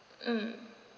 mm